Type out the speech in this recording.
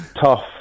tough